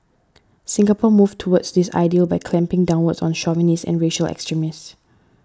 Singapore moved towards this ideal by clamping down on chauvinists and racial extremists